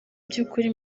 by’ukuri